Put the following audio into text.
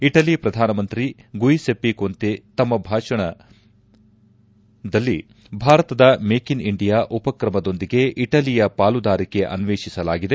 Italy ಶ್ರಧಾನಮಂತ್ರಿ Giuseppe Conte ತಮ್ಮ ಶ್ರಧಾನ ಭಾಷಣದಲ್ಲಿ ಭಾರತದ ಮೇಕ್ ಇನ್ ಇಂಡಿಯಾ ಉಪ್ರಕಮದೊಂದಿಗೆ ಇಟಲಿಯ ಪಾಲುದಾರಿಕೆ ಅನ್ವೇಷಿಸಲಾಗಿದೆ